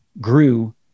grew